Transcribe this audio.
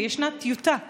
וישנה טיוטה לצו,